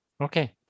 okay